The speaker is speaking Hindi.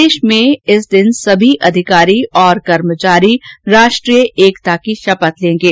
प्रदेश में इस दिन सभी अधिकारी और कर्मचारी राष्ट्रीय एकता की शपथ लेगें